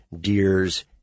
deers